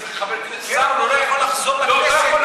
חבר כנסת, כן, אבל הוא לא יכול לחזור לכנסת.